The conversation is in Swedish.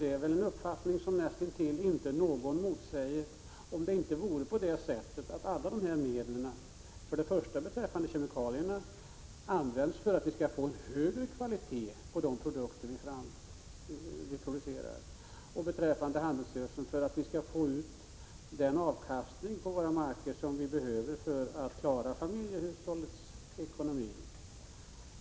Det är väl en uppfattning som nästan ingen motsäger, om det inte vore på det sättet att alla dessa medel — för det första kemikalierna — används för att vi skall få en högre kvalitet på de produkter vi framställer. Handelsgödsel används för att vi skall få ut den avkastning av våra marker som vi behöver för att klara familjehushållets ekonomi.